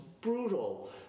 brutal